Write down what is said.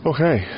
Okay